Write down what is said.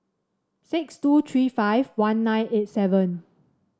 six two three five one nine eight seven